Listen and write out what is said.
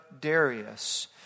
Darius